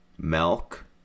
milk